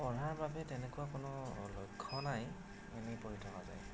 পঢ়াৰ বাবে তেনেকুৱা কোনো লক্ষ্য় নাই এনেই পঢ়ি থকা যায়